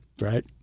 right